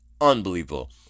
unbelievable